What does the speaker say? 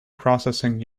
processing